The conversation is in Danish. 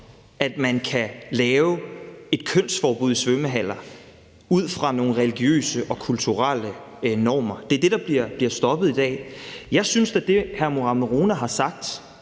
at man kan lave et kønsforbud i svømmehaller ud fra nogle religiøse og kulturelle normer. Det er det, der bliver stoppet i dag. Jeg synes da, at det, hr. Mohammad Rona sagde